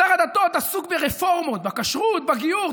שר הדתות עסוק ברפורמות בכשרות, בגיור.